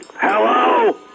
Hello